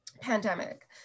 pandemic